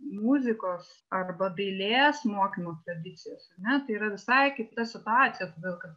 muzikos arba dailės mokymo tradicijas ane tai yra visai kita situacija todėl kad